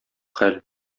хәл